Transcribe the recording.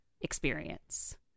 experience